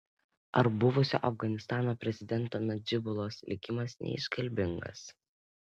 ar buvusio afganistano prezidento nadžibulos likimas neiškalbingas